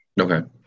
Okay